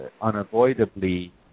unavoidably